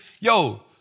yo